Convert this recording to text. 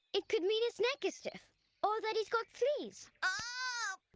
it could mean his neck is stiff or that he's got fleas. ah